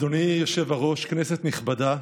אדוני היושב-ראש, כנסת נכבדה,